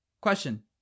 Question